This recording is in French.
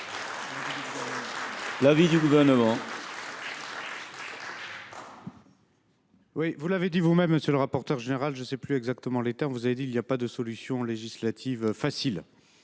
l’avis du Gouvernement